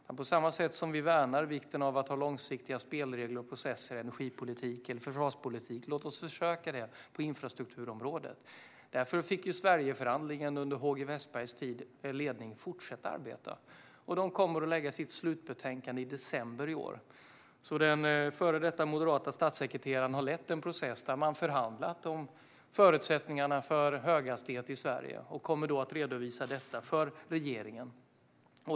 Låt oss försöka att värna vikten av långsiktiga spelregler och processer på samma sätt som i energipolitik och försvarspolitik! Därför fick Sverigeförhandlingen under HG Wessbergs ledning fortsätta att arbeta. De kommer att lägga fram sitt slutbetänkande i december i år. Den före detta moderata statssekreteraren har alltså lett en process där man har förhandlat om förutsättningarna för höghastighetståg i Sverige och kommer att redovisa detta för regeringen.